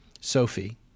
Sophie